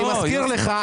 אני מזכיר לך,